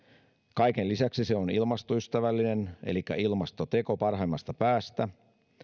kaiken lisäksi se on ilmastoystävällinen elikkä ilmastoteko parhaimmasta päästä